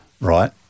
right